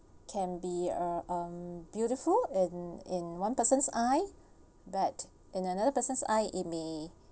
can be uh um beautiful and in one person's eye bad in another person's eye it may